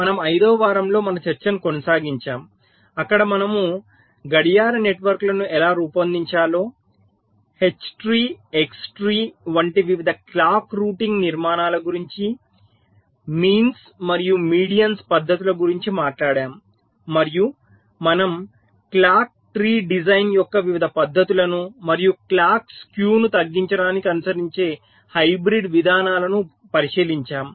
మనం 5 వ వారంలో మన చర్చను కొనసాగించాము అక్కడ మనము గడియార నెట్వర్క్లను ఎలా రూపొందించాలో హెచ్ ట్రీ ఎక్స్ ట్రీ వంటి వివిధ క్లాక్ రూటింగ్ నిర్మాణాల గురించి మీన్స్ మరియు మీడియన్స్ పద్ధతుల గురించి మాట్లాడాము మరియు మనం క్లాక్ ట్రీ డిజైన్ యొక్క వివిధ పద్ధతులను మరియు క్లాక్స్ skew ను తగ్గించడానికి అనుసరించే హైబ్రిడ్ విధానాలను పరిశీలించాము